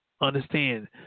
Understand